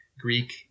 Greek